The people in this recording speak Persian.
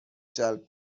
جلب